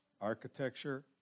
architecture